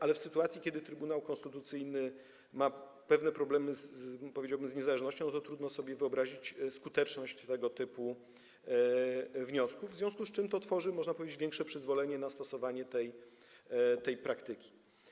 Ale w sytuacji, kiedy Trybunał Konstytucyjny ma pewne problemy z, powiedziałbym, niezależnością, trudno sobie wyobrazić skuteczność tego typu wniosku, w związku z czym tworzy to, można powiedzieć, większe przyzwalanie na stosowanie tej praktyki.